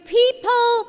people